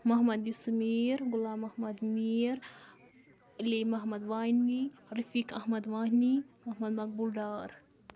Mohammad Yusuf Mir Ghulam Mohammad Mir Ali Mohammad Wani Rafiq Ahmad Wani Mohammad Maqbool Dar